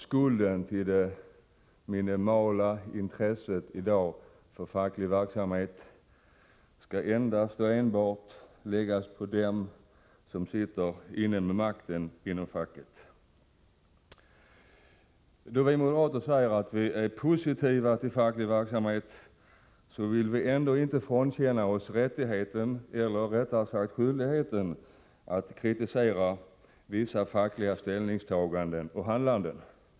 Skulden till det minimala intresset i dag för facklig verksamhet skall enbart läggas på dem som har makten inom facket. Fastän vi moderater säger att vi är positiva till facklig verksamhet, vill vi ändå inte frånkänna oss rättigheten — eller rättare sagt skyldigheten — att kritisera vissa fackliga ställningstaganden och handlanden.